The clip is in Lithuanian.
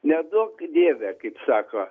neduok dieve kaip sako